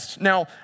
Now